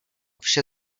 vše